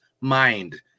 mind